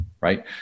right